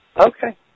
Okay